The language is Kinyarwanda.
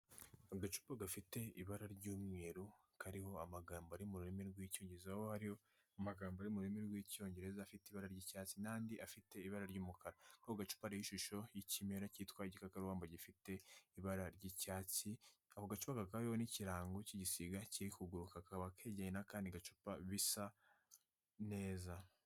Agacupa gafite ibara ry'umweru kariho amagambo ari mu rurimi rw'icyoyungereza aho ari amagambo y'ururimi rw'icyongereza afite ibara ry'icyatsi n'andi afite ibara ry'umukara kuri ako gacupa hariho ishusho y'ikimera cyitwa igikabamba gifite ibara ry'icyatsi, ako gace kakaba kariho n'ikirango cy'igisiga kiriguruka kaba kegereye n'akandi gacupa bisa neza.